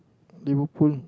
Liverpool